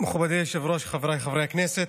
מכובדי היושב-ראש, חבריי חברי הכנסת,